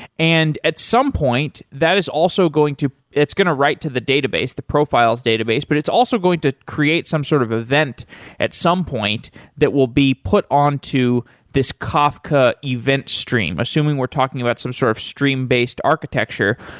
and at some point, that is also going to it's going to write to the database, the profile's database, but it's also going to create some sort of event at some point that will be put onto this kafka event stream, assuming we're talking about some sort of stream-based architecture,